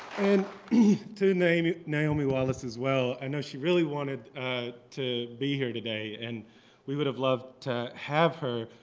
and to naomi naomi wallace as well, i know she really wanted to be here today. and we would have loved to have her.